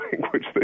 language